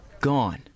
Gone